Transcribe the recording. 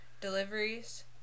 deliveries